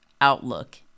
outlook